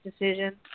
decision